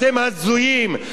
אתם הזויים.